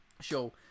show